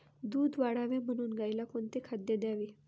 दूध वाढावे म्हणून गाईला कोणते खाद्य द्यावे?